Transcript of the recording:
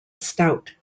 stout